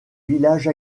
village